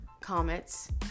comments